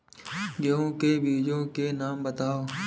गेहूँ के बीजों के नाम बताओ?